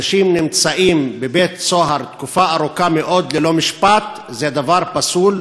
אנשים שנמצאים בבית-סוהר תקופה ארוכה מאוד ללא משפט זה דבר פסול,